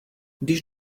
když